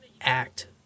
act